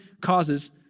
causes